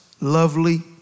lovely